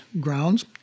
grounds